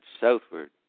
southward